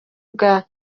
bwa